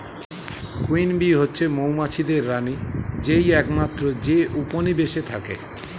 queen bee হচ্ছে মৌমাছিদের রানী যেই একমাত্র যে উপনিবেশে থাকে